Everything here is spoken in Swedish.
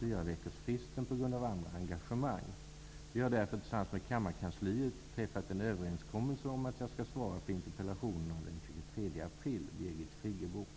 Är statsrådet beredd att föreslå sådana förändringar av lagstiftningen att reglerna för reklam/sponsring blir begripliga för medborgarna?